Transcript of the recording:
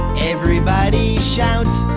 everybody shout.